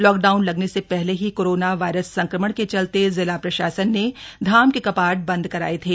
lockdown लगने से पहले ही कोरोना वायरस संक्रमण के चलते जिला प्रशासन ने धाम के कपाट बंद कराए थे